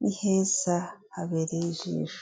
n'iyubakishije amabati n'ibirahuri.